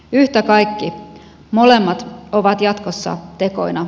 yhtä kaikki molemmat ovat jatkossa tekoina